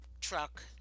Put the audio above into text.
truck